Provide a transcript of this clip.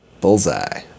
Bullseye